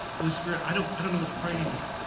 holy spirit, i don't i don't know what to pray anymore,